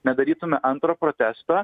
nedarytume antro protesto